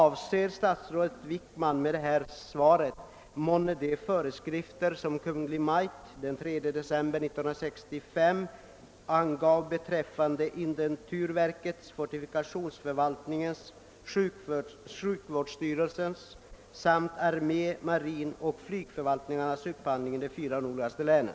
Avser statsrådet Wickman med detta svar måhända de föreskrifter som Kungl. Maj:t den 3 december 1965 angav beträffande intendenturverkets, fortifikationsförvaltningens, sjukvårdsstyrelsens samt armé-, marinoch flygförvaltningarnas upphandling i de fyra nordligaste länen?